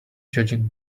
judging